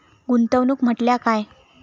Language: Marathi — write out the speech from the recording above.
गुंतवणूक म्हटल्या काय?